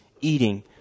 eating